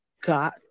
got